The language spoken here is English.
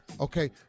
Okay